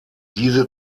diese